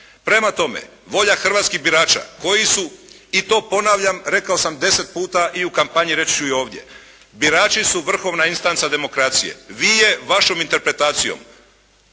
Prema tome volja hrvatskih birača koji su, i to ponavljam, rekao sam 10 puta i u kampanji reći ću i ovdje. Birači su vrhovna instanca demokracije. Vi je vašom interpretacijom